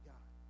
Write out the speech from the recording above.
God